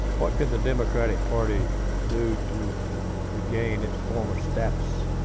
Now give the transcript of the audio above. what can the democratic party do to regain its former status?